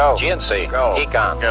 um gnc. go. eecom. go.